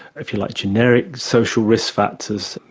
if you like, generic social risk factors,